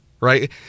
right